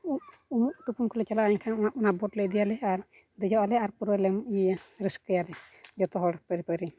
ᱩᱢᱩᱜ ᱩᱢᱩᱜᱼᱛᱩᱯᱩᱱ ᱠᱚᱞᱮ ᱪᱟᱞᱟᱜᱼᱟ ᱮᱱᱠᱷᱟᱱ ᱚᱱᱟ ᱵᱳᱴ ᱞᱮ ᱤᱫᱤᱭᱟ ᱟᱞᱮ ᱟᱨ ᱫᱮᱡᱚᱜᱼᱟᱞᱮ ᱟᱨ ᱯᱩᱨᱟᱹ ᱞᱮ ᱤᱭᱟᱹᱭᱟ ᱨᱟᱹᱥᱠᱟᱹᱭᱟᱞᱮ ᱡᱚᱛᱚ ᱦᱚᱲ ᱯᱟᱹᱨᱤ ᱯᱟᱹᱨᱤ